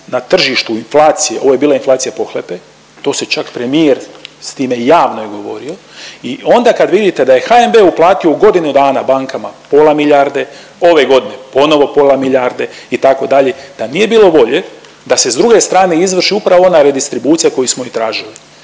na tržištu inflacije, ovo je bila inflacija pohlepe to se čak premijer s time javno je govorio i onda kad vidite da je HNB uplatio u godinu dana bankama pola milijarde, ove godine ponovno pola milijarde itd. da nije bilo volje da se s druge strane izvrši upravo ona redistribucija koju smo i tražili.